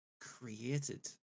created